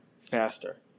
faster